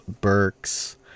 Burks